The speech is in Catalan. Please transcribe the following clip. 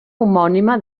homònima